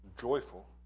joyful